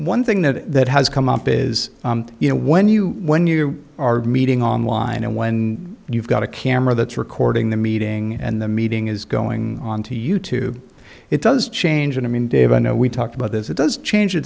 one thing that has come up is you know when you when you are meeting online and when you've got a camera that's recording the meeting and the meeting is going on to you tube it does change and i mean dave i know we talked about this it does change the